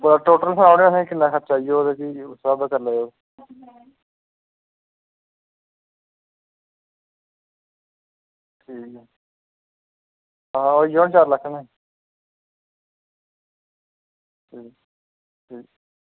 total सनाई ओड़ेओ असेंगी किन्ना खर्चा आई जाह्ग चलो भी उस्सै स्हाब दा करी लैयो आं होई जाह्ग ना चार लक्ख कन्नै ठीक